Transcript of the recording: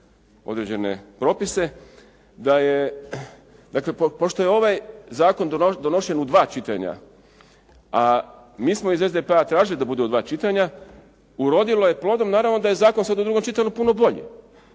određene propise, da je dakle pošto je ovaj zakon donošen u dva pitanja a mi smo iz SDP-a tražili da bude u dva čitanja urodilo je plodom i naravno da je zakon sada u drugom čitanju puno bolji.